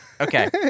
Okay